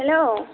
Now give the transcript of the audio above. hello